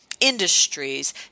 industries